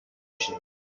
shape